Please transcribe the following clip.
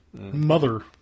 Mother